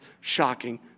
shocking